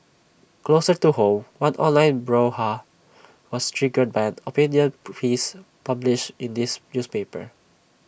closer to home one online brouhaha was triggered by an opinion piece published in this newspaper